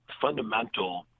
fundamental